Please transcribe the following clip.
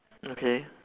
okay